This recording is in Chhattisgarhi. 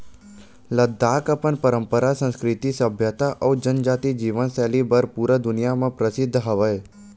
लद्दाख अपन पंरपरा, संस्कृति, सभ्यता अउ जनजाति जीवन सैली बर पूरा दुनिया म परसिद्ध हवय